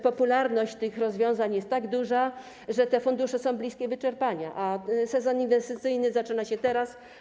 Popularność tych rozwiązań jest tak duża, że te fundusze są bliskie wyczerpania, a sezon inwestycyjny zaczyna się teraz.